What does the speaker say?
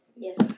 Yes